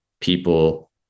people